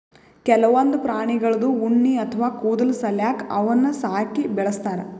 ಕೆಲವೊಂದ್ ಪ್ರಾಣಿಗಳ್ದು ಉಣ್ಣಿ ಅಥವಾ ಕೂದಲ್ ಸಲ್ಯಾಕ ಅವನ್ನ್ ಸಾಕಿ ಬೆಳಸ್ತಾರ್